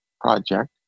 project